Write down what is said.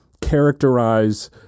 characterize